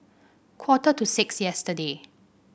quarter to six yesterday